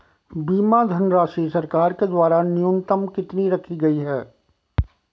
बीमा धनराशि सरकार के द्वारा न्यूनतम कितनी रखी गई है?